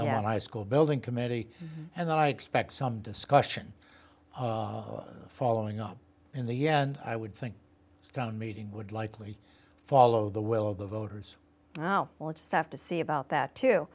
now my school building committee and i expect some discussion following up in the yeah and i would think the town meeting would likely follow the will of the voters oh well it's tough to see about that too